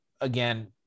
again